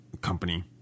company